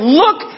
look